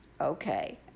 Okay